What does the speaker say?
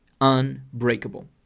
Unbreakable